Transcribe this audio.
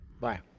Bye